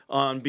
on